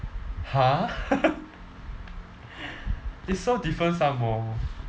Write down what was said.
!huh! it's so different some more